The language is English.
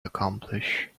accomplish